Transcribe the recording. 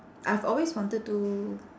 I've always wanted to